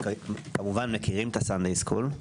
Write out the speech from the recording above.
כמובן אנו מכירים את הסאנדיי סקול.